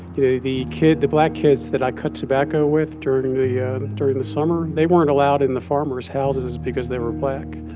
the kid the black kids that i cut tobacco with during yeah during the summer, they weren't allowed in the farmers' houses because they were black.